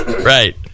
right